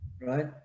right